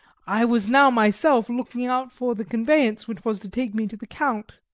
i was now myself looking out for the conveyance which was to take me to the count.